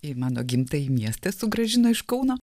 į mano gimtąjį miestą sugrąžino iš kauno